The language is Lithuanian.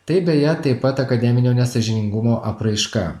tai beje taip pat akademinio nesąžiningumo apraiška